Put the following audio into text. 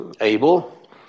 able